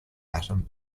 atom